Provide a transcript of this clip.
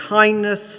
kindness